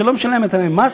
שהיא לא משלמת עליהם מס,